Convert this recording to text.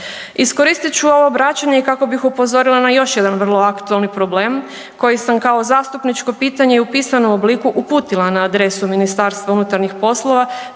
Iskoristit ću ovo vraćanje kako bi upozorila n još jedan vrlo aktualni problem koji sam kao zastupničko pitanje i u pisanom obliku uputila na adresu MUP-a te i s